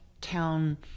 town